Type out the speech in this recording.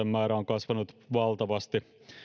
pääomavarallisuuden määrä on kasvanut valtavasti